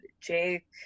Jake